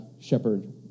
shepherd